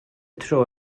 tro